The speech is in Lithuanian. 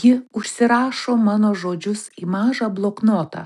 ji užsirašo mano žodžius į mažą bloknotą